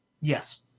yes